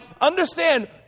understand